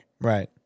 Right